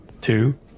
Two